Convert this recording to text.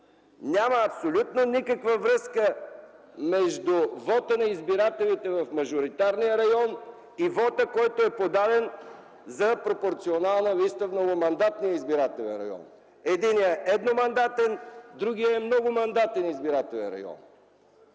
Няма абсолютно никаква връзка между вота на избирателите в мажоритарния район и вота, който е подаден за пропорционална листа в многомандатния избирателен район. Единият е едномандатен, а другият е многомандатен избирателен район.